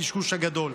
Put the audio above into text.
הקשקוש הגדול.